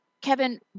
Kevin